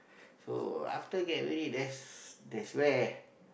so after get married that's that's where